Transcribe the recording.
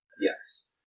Yes